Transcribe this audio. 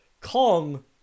kong